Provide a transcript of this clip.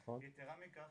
יתרה מכך,